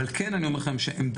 אבל כן אני אומר לכם שעמדתנו